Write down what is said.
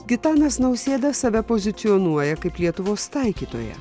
gitanas nausėda save pozicionuoja kaip lietuvos taikytoją